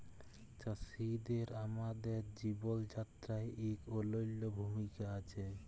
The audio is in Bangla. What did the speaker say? চাষীদের আমাদের জীবল যাত্রায় ইক অলল্য ভূমিকা আছে